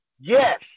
Yes